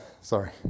Sorry